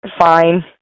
fine